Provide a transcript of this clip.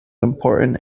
important